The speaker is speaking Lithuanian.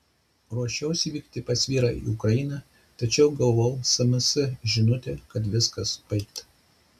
ruošiausi vykti pas vyrą į ukrainą tačiau gavau sms žinutę kad viskas baigta